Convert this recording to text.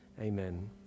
Amen